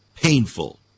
painful